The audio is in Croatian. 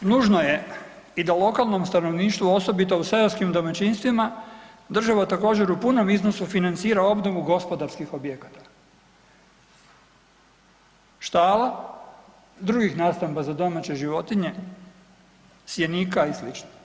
I treće nužno je i da lokalnom stanovništvu osobito u seoskim domaćinstvima država također u punom iznosu financira obnovu gospodarskih objekata, štala i drugih nastamba za domaće životinje, sjenika i sl.